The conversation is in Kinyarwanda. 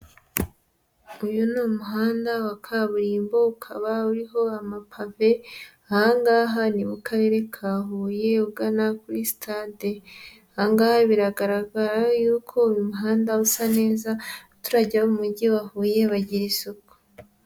Uyu ni umuhanda wa kaburimbo ukaba uriho amapave, aha ngaha ni mu karere ka Huye ugana kuri sitade, aha ngaha biragaragara yuko uyu muhanda usa neza, abaturage bo mu Mujyi wa Huye bagira isuku.